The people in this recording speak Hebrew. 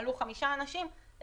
עלו חמישה אנשים,